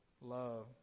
Love